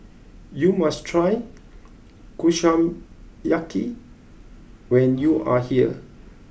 you must try Kushiyaki when you are here